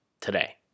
today